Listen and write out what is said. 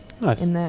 Nice